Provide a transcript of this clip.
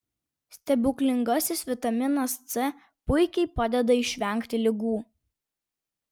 stebuklingasis vitaminas c puikiai padeda išvengti ligų